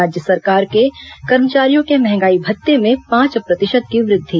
राज्य सरकार के कर्मचारियों के महंगाई भत्ते में पांच प्रतिशत की वृद्धि